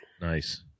Nice